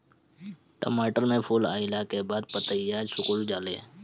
टमाटर में फूल अईला के बाद पतईया सुकुर जाले?